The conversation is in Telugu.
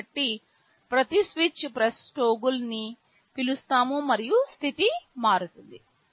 కాబట్టి ప్రతి స్విచ్ ప్రెస్ టోగుల్ నీ పిలుస్తాము మరియు స్థితి మారుతుంది